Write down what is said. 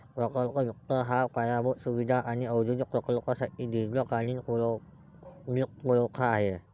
प्रकल्प वित्त हा पायाभूत सुविधा आणि औद्योगिक प्रकल्पांसाठी दीर्घकालीन वित्तपुरवठा आहे